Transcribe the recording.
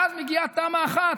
ואז מגיעה תמ"א 1,